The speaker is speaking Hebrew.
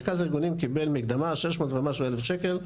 מרכז הארגונים קיבל מקדמה שהיא בסביבות ה-600,000 שקלים,